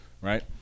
right